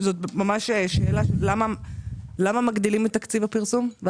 למה מגדילים את תקציב הפרסום?